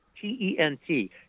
T-E-N-T